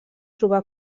trobar